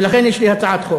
ולכן יש לי הצעת חוק.